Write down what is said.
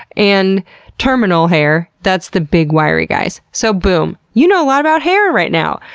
and terminal hair. that's the big wiry guys. so boom! you know a lot about hair right now!